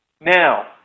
Now